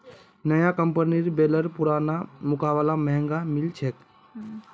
नया कंपनीर बेलर पुरना मुकाबलात महंगा मिल छेक